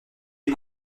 les